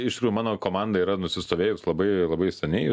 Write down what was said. iš ištikrų mano komanda yra nusistovėjus labai labai seniai